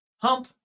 Hump